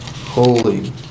Holy